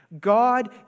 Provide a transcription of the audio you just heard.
God